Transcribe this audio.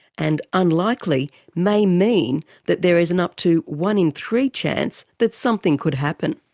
and unlikely may mean that there is an up to one in three chance that something could happen.